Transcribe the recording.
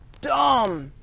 Dumb